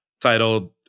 titled